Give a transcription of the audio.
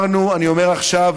אני אומר עכשיו,